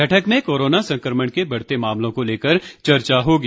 बैठक में कोरोना संकमण के बढ़ते मामलों को लेकर चर्चा होगी